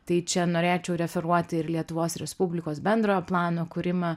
tai čia norėčiau referuoti ir lietuvos respublikos bendrojo plano kūrimą